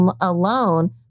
alone